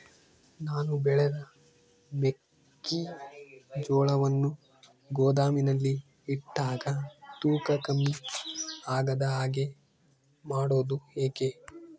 ನಾನು ಬೆಳೆದ ಮೆಕ್ಕಿಜೋಳವನ್ನು ಗೋದಾಮಿನಲ್ಲಿ ಇಟ್ಟಾಗ ತೂಕ ಕಮ್ಮಿ ಆಗದ ಹಾಗೆ ಮಾಡೋದು ಹೇಗೆ?